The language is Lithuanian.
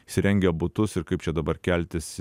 įsirengę butus ir kaip čia dabar keltis